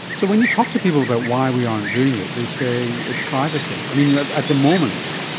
so when you talk to people about why we aren't doing it they say it's privacy. at the moment,